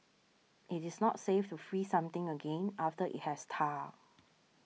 it is not safe to freeze something again after it has